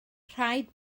rhaid